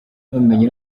n’ubumenyi